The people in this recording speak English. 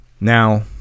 Now